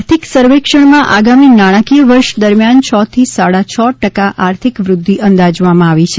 આર્થિક સર્વેક્ષણમાં આગામી નાણાકીય વર્ષ દરમિયાન છ થી સાડા છ ટકા આર્થિક વૃધ્ધિ અંદાજવામાં આવી છે